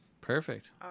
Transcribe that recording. Perfect